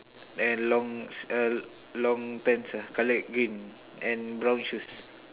and long uh long pants ah colored green and brown shoes